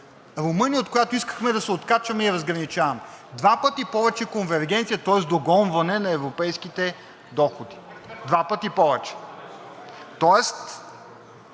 Румъния, от която искахме да се откачаме и разграничаваме – два пъти повече конвергенция, тоест догонване на европейските доходи. Два пъти повече!